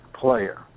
player